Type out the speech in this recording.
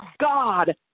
God